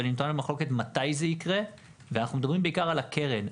אבל היא נתונה במחלוקת מתי זה יקרה ואנחנו מדברים בעיקר על הקרן.